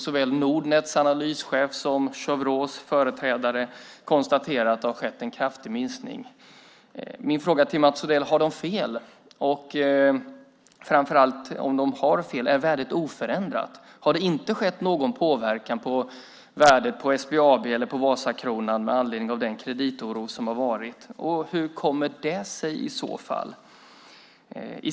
Såväl Nordnets analyschef som Cheuvreux företrädare konstaterar att det har skett en kraftig minskning. Har de fel? Om de har fel, är värdet oförändrat? Har det inte skett någon påverkan på värdet av SBAB eller Vasakronan med anledning av den kreditoro som har varit? Hur kommer det sig i så fall?